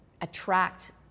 attract